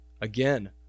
Again